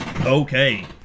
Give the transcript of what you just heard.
Okay